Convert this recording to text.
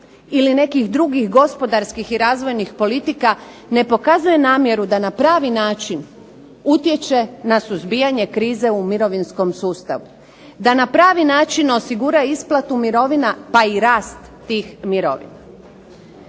ili nekih drugih gospodarskih i razvojnih politika ne pokazuje namjeru da na pravi način utječe na suzbijanje krize u mirovinskom sustavu. Da na pravi način osigura isplatu mirovina pa i rast tih mirovina.